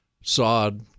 sod